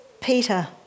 Peter